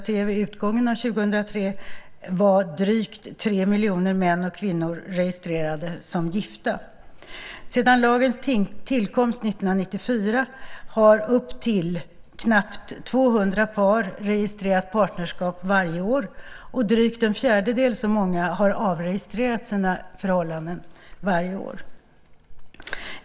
Vid utgången av 2003 var drygt tre miljoner män och kvinnor registrerade som gifta. Sedan lagens tillkomst 1994 har upp till knappt 200 par registrerat partnerskap varje år, drygt en fjärdedel så många har avregistrerat sina förhållanden varje år.